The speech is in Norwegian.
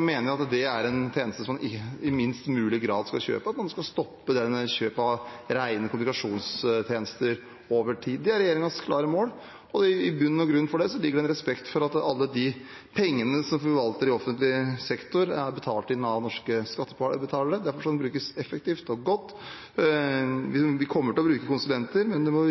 mener vi at det er tjenester man i minst mulig grad skal kjøpe. Man skal over tid stoppe kjøpet av rene kommunikasjonstjenester. Det er regjeringens klare mål. Til grunn for det ligger en respekt for at alle de pengene vi forvalter i offentlig sektor, er betalt inn av norske skattebetalere. Derfor skal de brukes effektivt og godt. Vi kommer til å bruke konsulenter, men det må